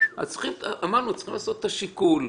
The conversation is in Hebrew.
את החוק.